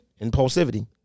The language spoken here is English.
Impulsivity